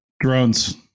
Drones